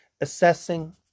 Assessing